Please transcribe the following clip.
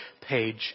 page